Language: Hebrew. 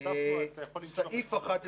סעיף 11